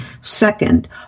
Second